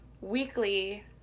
weekly